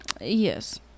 Yes